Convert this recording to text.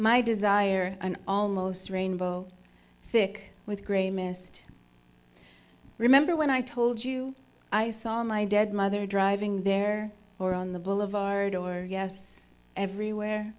my desire an almost rainbow thick with grey mist remember when i told you i saw my dead mother driving there or on the boulevard or yes everywhere